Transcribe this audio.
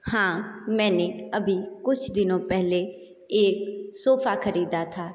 हाँ मैंने अभी कुछ दिनों पहले एक सोफ़ा ख़रीदा था